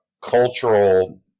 cultural